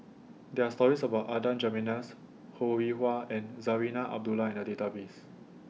There Are stories about Adan Jimenez Ho Rih Hwa and Zarinah Abdullah in The Database